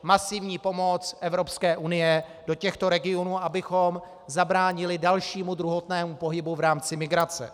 Masivní pomoc Evropské unie do těchto regionů, abychom zabránili dalšímu, druhotnému pohybu v rámci migrace.